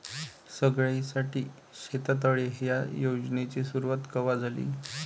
सगळ्याइसाठी शेततळे ह्या योजनेची सुरुवात कवा झाली?